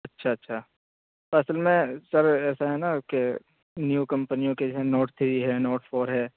اچھا اچھا تو اصل میں سر ایسا ہے نا کہ نیو کمپنیوں کے جو ہے نوٹ تھری ہے نوٹ فور ہے